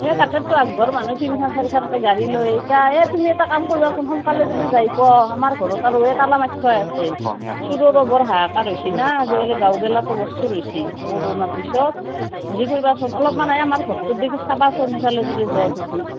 এ তাকেইতো একবাৰ মানুহখান তিনিখান চাইৰখান কে গাড়ী লয় ইতা এ তুমি এটা কাম কৰ্বাচোন সোনকালে যদি যাই পৱা আমাৰ ঘৰত আৰু তালা মাৰি থোৱা আছে বৰ হাহাকাৰ হৈছি না আজিকালি গাঁৱবিলাকত মস্ত হৈছি কৰোণাৰ পিছত হেৰি কৰিবা অলপমান এই আমাৰ ঘৰটোদিগি চাবাচোন অকণমান সিফালে যদি যোৱা যদি